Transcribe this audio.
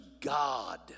God